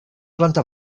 planta